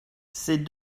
ces